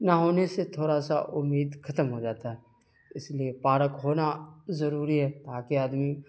نہ ہونے سے تھوڑا سا امید ختم ہوجاتا ہے اس لیے پارک ہونا ضروری ہے تاکہ آدمی